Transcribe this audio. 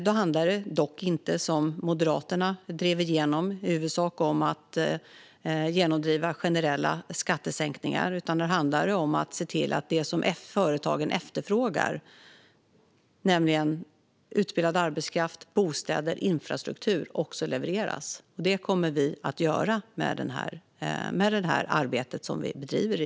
Då handlar det dock inte, som Moderaterna drev igenom, i huvudsak om generella skattesänkningar, utan nu handlar det om att se till att det som företagen efterfrågar, nämligen utbildad arbetskraft, bostäder och infrastruktur, också levereras. Det kommer regeringen att göra med det arbete som vi bedriver.